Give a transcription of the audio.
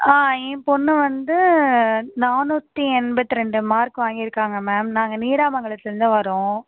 ஆ என் பொண்ணு வந்து நானூற்றி எண்பத்து ரெண்டு மார்க் வாங்கியிருக்காங்க மேம் நாங்கள் நீடாமங்கலத்திலேருந்து வரோம்